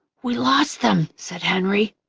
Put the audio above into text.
we lost them, said henry.